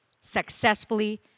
successfully